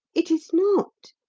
it is not,